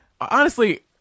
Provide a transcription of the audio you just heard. Honestly-